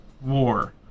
War